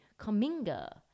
Kaminga